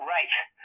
Right